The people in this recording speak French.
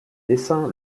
dessins